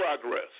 progress